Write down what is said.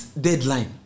deadline